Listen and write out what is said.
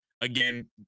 again